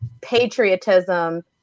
patriotism